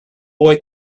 boy